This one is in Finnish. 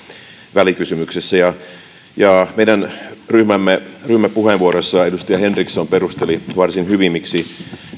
välikysymyksessä meidän ryhmämme ryhmäpuheenvuorossa edustaja henriksson perusteli varsin hyvin miksi